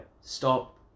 Stop